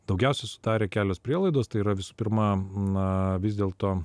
daugiausiai susidarė kelios prielaidos tai yra visų pirma na vis dėlto